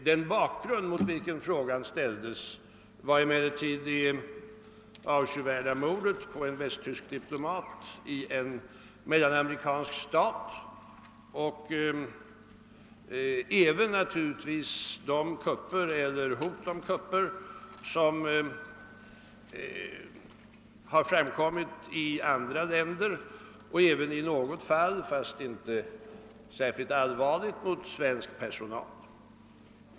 Den bakgrund mot vilken frågan framställdes var emellertid det avskyvärda mordet på en västtysk diplomat i en mellanamerikansk stat och naturligtvis också de kupper eller hot om kupper som förekommit i andra länder, i något fall, om än inte särskilt allvarligt, även mot svensk personal.